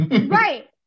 Right